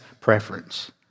preference